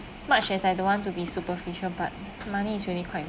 much as I don't want to be superficial but money is really quite